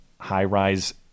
high-rise—